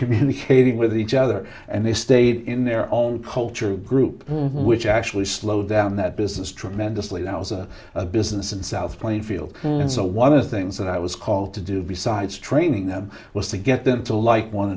communicating with each other and they stayed in their own culture group which actually slowed down that business tremendously now as a business in south plainfield and so one of the things that i was called to do besides training them was to get them to like one